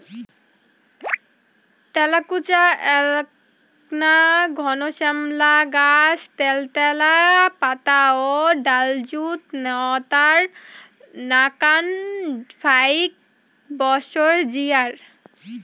তেলাকুচা এ্যাকনা ঘন শ্যামলা গছ ত্যালত্যালা পাতা ও ডালযুত নতার নাকান ফাইক বছর জিয়ায়